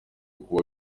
kuba